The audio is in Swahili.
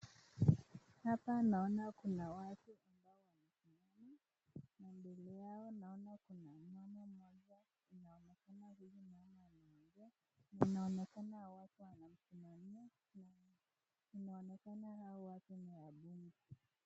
Hapa naona kuna watu ambao wanasimama. Mbele yao naona kuna mwanamke mmoja. Inaonekana huyu ni mwanamke mrefu. Inaonekana hawa watu wanamfuatilia na inaonekana hawa watu ni ya bunge.